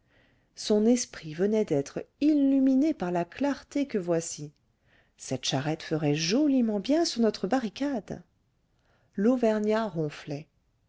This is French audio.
son esprit venait d'être illuminé par la clarté que voici cette charrette ferait joliment bien sur notre barricade l'auvergnat ronflait